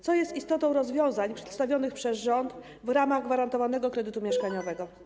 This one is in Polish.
Co jest istotą rozwiązań przedstawionych przez rząd w ramach gwarantowanego kredytu mieszkaniowego?